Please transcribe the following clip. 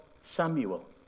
Samuel